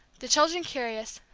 the children curious,